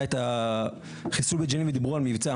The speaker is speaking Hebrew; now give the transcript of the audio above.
אין תכנון מסודר.